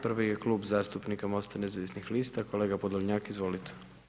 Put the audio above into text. Prvi je Klub zastupnika MOST-a Nezavisnih lista, kolega Podolnjak, izvolite.